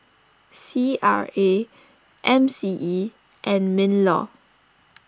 C R A M C E and MinLaw